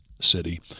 city